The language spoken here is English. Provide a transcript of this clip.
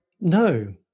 no